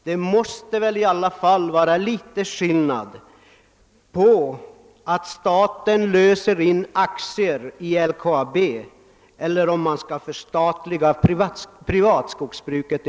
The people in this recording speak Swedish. Jag vill invända att det ändå måste vara någon skillnad mellan att lösa in aktier i LKAB och att förstatliga privat skogsbruk.